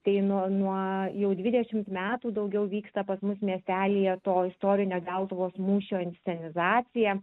tai nu nuo jau dvidešimt metų daugiau vyksta pas mus miestelyje to istorinio deltuvos mūšio inscenizacija